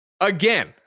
again